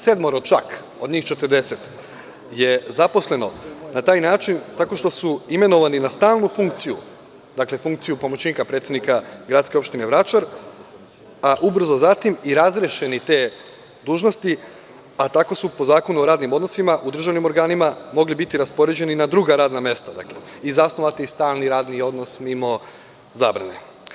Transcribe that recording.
Dvadesetsedmoro čak od njih 40 je zaposleno na taj način tako što su imenovani na stalnu funkciju, dakle funkciju pomoćnika predsednika gradske opštine Vračar, a ubrzo zatim i razrešeni te dužnosti, a tako su po zakonu o radnim odnosima u državnim organima mogli biti raspoređeni na druga radna mesta i zasnovati i stalni radni odnos mimo zabrane.